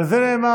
על זה נאמר,